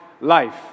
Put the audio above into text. life